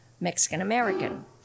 Mexican-American